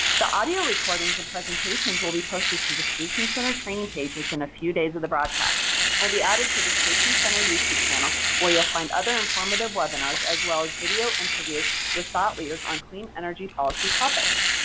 the audio recordings and presentations will be posted to the solutions center training page within a few days of the broadcast and will be added to the solutions center youtube channel, where you will find other informative webinars, as well as video interviews with thought leaders on clean energy policy topics.